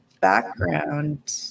background